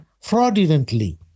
fraudulently